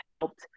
helped